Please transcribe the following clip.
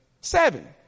Seven